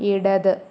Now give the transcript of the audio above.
ഇടത്